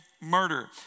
murder